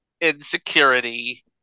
Insecurity